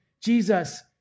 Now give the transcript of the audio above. Jesus